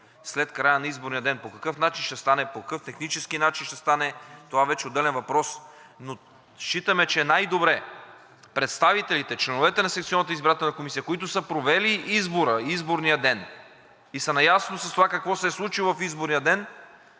след края на изборния ден. По какъв начин ще стане – по какъв технически начин ще стане, това вече е отделен въпрос, но считаме, че е най-добре представителите – членовете на секционната избирателна комисия, които са провели избора, изборния ден и са наясно с това какво се е случило в изборния ден,